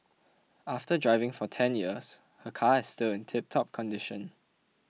after driving for ten years her car is still in tiptop condition